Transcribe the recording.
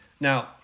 Now